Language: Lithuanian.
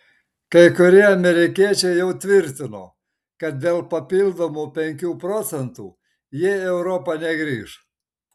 kai kurie amerikiečiai jau tvirtino kad dėl papildomų penkių procentų jie į europą negrįš